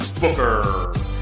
Booker